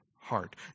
heart